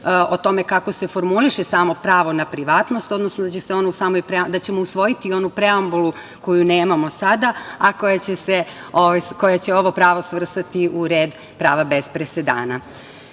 o tome kako se formuliše samo pravo na privatnost, odnosno da ćemo usvojiti onu preambulu koju nemamo sada, a koja će ovo pravo svrstati u red prava bez presedana. Ja